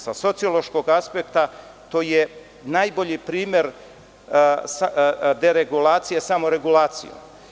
Sa sociološkog aspekta to je najbolji primer deregulacije samoregulacijom.